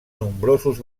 nombrosos